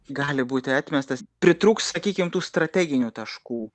gali būti atmestas pritrūks sakykim tų strateginių taškų